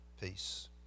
peace